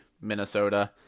Minnesota